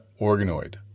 organoid